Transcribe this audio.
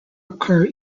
occur